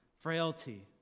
frailty